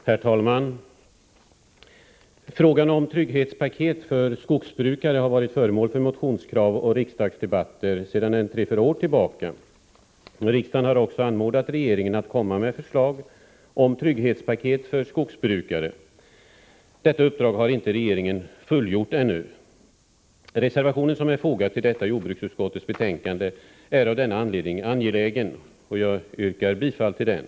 Herr talman! Frågan om trygghetspaket för skogsbrukare har varit föremål för motionskrav och riksdagsdebatter sedan tre fyra år tillbaka. Riksdagen har också anmodat regeringen att komma med förslag om trygghetspaket för skogsbrukare. Detta uppdrag har inte regeringen fullgjort ännu. Reservationen som är fogad till jordbruksutskottets betänkande är av denna anledning angelägen, och jag yrkar bifall till den.